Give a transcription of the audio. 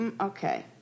Okay